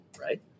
Right